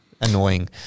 annoying